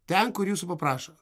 ten kur jūsų paprašo